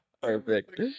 Perfect